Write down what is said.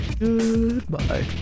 goodbye